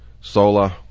Solar